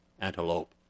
antelope